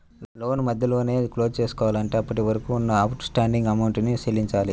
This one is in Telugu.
లోను మధ్యలోనే క్లోజ్ చేసుకోవాలంటే అప్పటివరకు ఉన్న అవుట్ స్టాండింగ్ అమౌంట్ ని చెల్లించాలి